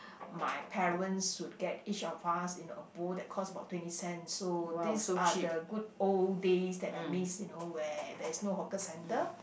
my parents would get each of us in a booth that cost about twenty cent so this are the good old days that I miss you know where there's no hawker centre